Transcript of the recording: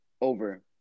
over